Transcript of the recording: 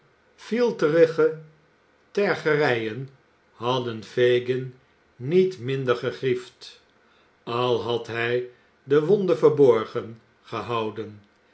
fielterige tergerijen hadden fagin niet minder gegriefd al had hij de wonden verborgen gehouden